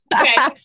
Okay